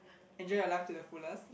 enjoy your life to the fullest